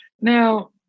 now